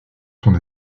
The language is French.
sont